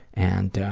and,